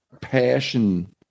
passion